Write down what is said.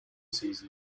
season